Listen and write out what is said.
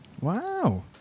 Wow